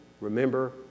remember